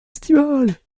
estivale